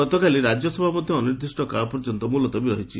ଗତକାଲି ରାଜ୍ୟସଭା ମଧ୍ୟ ଅନିର୍ଦ୍ଦିଷ୍ଟ କାଳ ପର୍ଯ୍ୟନ୍ତ ମୁଲତବୀ ରହିଛି